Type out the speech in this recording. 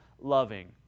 loving